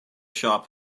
siop